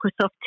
Microsoft